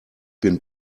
bin